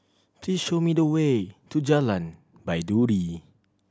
please show me the way to Jalan Baiduri